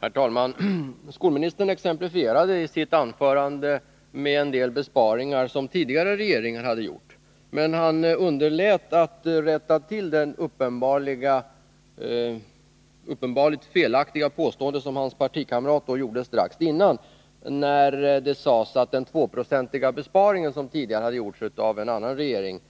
Herr talman! Skolministern exemplifierade i sitt anförande en del besparingar som tidigare regeringar hade gjort. Men han underlät att rätta till det uppenbart felaktiga påstående som hans partikamrat gjorde strax dessförinnan, när det sades att den 2-procentiga besparing som tidigare hade gjorts av en annan regering